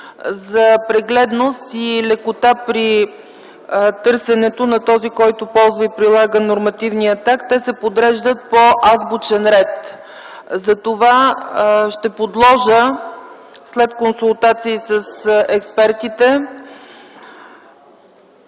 за прегледност и лекота при търсенето за този, който ползва и прилага нормативния акт, те се подреждат по азбучен ред. Затова след консултации с експертите,